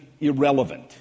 irrelevant